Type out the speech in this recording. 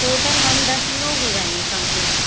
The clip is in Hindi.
टोटल हम दस लोग हो जाएँगे कम्पलीट